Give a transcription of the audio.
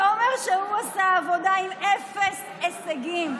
ואומר שהוא עשה עבודה, עם אפס הישגים.